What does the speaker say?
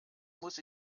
muss